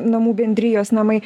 namų bendrijos namai